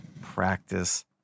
practice